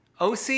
OC